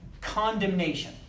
condemnation